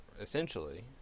essentially